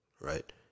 right